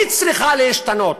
היא צריכה להשתנות,